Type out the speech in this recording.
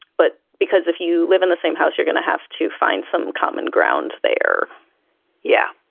but because if you live in the same house, you're gonna have to find some common ground there yeah.